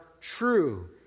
true